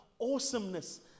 awesomeness